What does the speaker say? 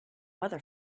weather